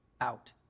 out